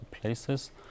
places